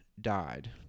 Died